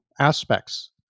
aspects